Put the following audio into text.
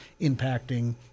impacting